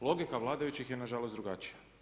Logika vladajućih je nažalost drugačija.